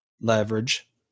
leverage